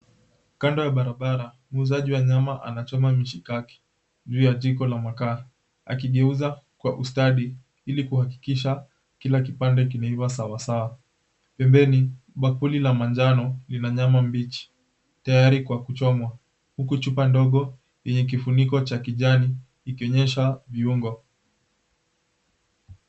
Kando ya barabara, muuzaji wa nyama anachoma mishikaki juu ya jiko la makaa, akigeuza kwa ustadi, ili kuhakikisha kila kipande kinaiva sawasawa. Pembeni bakuli la manjano lina nyama mbichi tayari kwa kuchomwa, huku chupa ndogo yenye kifuniko cha kijani ikionyesha viungo.